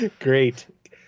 Great